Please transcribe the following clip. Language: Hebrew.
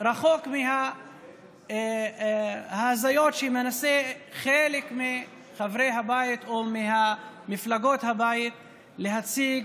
רחוק מההזיות שמנסים חלק מחברי הבית או ממפלגות הבית להציג,